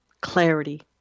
clarity